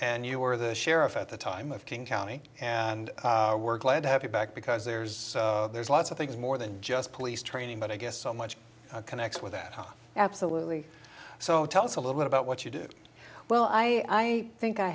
and you're the sheriff at the time of king county and we're glad to have you back because there's there's lots of things more than just police training but i guess so much connects with that absolutely so tell us a little bit about what you do well i think i